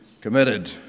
committed